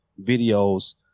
videos